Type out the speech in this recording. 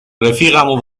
رفیقمو